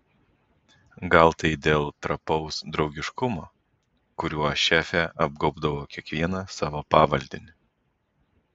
gal tai dėl trapaus draugiškumo kuriuo šefė apgaubdavo kiekvieną savo pavaldinį